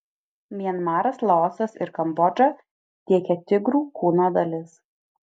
mianmaras laosas ir kambodža tiekia tigrų kūno dalis